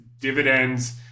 dividends